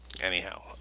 anyhow